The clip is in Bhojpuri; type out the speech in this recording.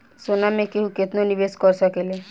सोना मे केहू केतनो निवेस कर सकेले